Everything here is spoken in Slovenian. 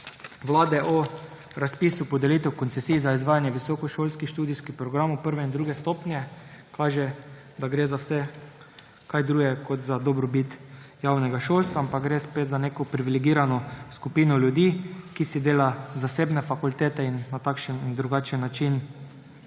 Vlade o razpisu podelitve koncesij za izvajanje visokošolskih študijskih programov prve in druge stopnje kaže, da gre za vse kaj drugega kot za dobrit javnega šolstva, ampak gre spet za neko privilegirano skupino ljudi, ki si dela zasebne fakultete in na takšen in drugačen način